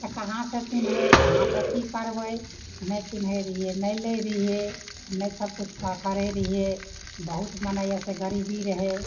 तऽ कहाँसे पिन्हबै कहाँसे कि करबै नहि पिन्है रहिए नहि लै रहिए नहि सबकिछु क करै रहिए बहुत मने यऽ से गरीबी रहै